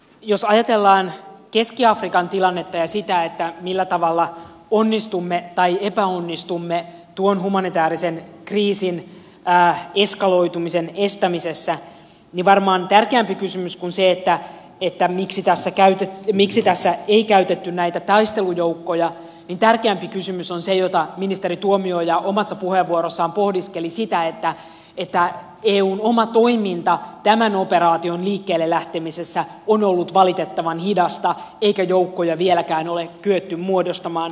jos ajatellaan keski afrikan tilannetta ja sitä millä tavalla onnistumme tai epäonnistumme tuon humanitäärisen kriisin eskaloitumisen estämisessä niin varmaan tärkeämpi kysymys kuin se miksi tässä ei käytetty näitä taistelujoukkoja on se jota ministeri tuomioja omassa puheenvuorossaan pohdiskeli eli se että eun oma toiminta tämän operaation liikkeelle lähtemisessä on ollut valitettavan hidasta eikä joukkoja vieläkään ole kyetty muodostamaan